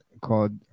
called